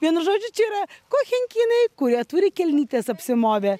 vienu žodžiu čia yra kochenkinai kurie turi kelnytės apsimovę